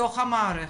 בתוך המערכת,